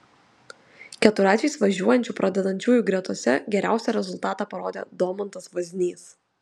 keturračiais važiuojančių pradedančiųjų gretose geriausią rezultatą parodė domantas vaznys